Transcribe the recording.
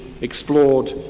explored